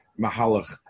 Mahalach